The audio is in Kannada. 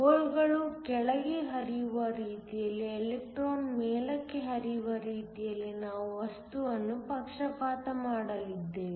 ಹೋಲ್ಗಳು ಕೆಳಗೆ ಹರಿಯುವ ರೀತಿಯಲ್ಲಿ ಎಲೆಕ್ಟ್ರಾನ್ ಮೇಲಕ್ಕೆ ಹರಿಯುವ ರೀತಿಯಲ್ಲಿ ನಾವು ವಸ್ತುವನ್ನು ಪಕ್ಷಪಾತ ಮಾಡಲಿದ್ದೇವೆ